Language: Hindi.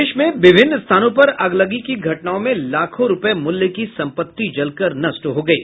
प्रदेश में विभिन्न स्थानों पर अगलगी की घटनाओं में लाखों रूपये मूल्य की सम्पत्ति जलकर नष्ट हो गयी